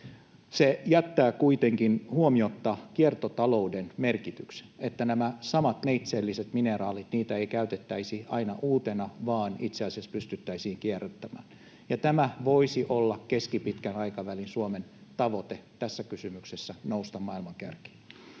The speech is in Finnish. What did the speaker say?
Se jättää kuitenkin huomiotta kiertotalouden merkityksen, ettei näitä samoja neitseellisiä mineraaleja käytettäisi aina uutena, vaan itse asiassa pystyttäisiin kierrättämään. Tämä voisi olla keskipitkän aikavälin Suomen tavoite tässä kysymyksessä, nousta maailman kärkeen.